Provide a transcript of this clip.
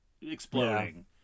exploding